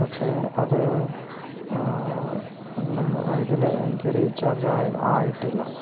പക്ഷേ അത് ഇതില് എനിക്ക് റീചാർജ് ആയിട്ടില്ല